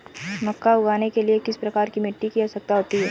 मक्का उगाने के लिए किस प्रकार की मिट्टी की आवश्यकता होती है?